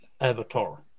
Avatar